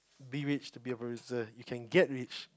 be rich to be a producer you can get rich